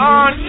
on